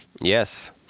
Yes